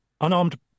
unarmed